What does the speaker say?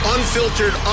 Unfiltered